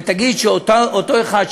ותגיד שאותו אחד,